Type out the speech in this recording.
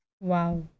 wow